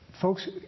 Folks